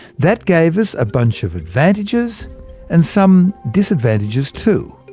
that gave us a bunch of advantages and some disadvantages, too.